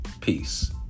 Peace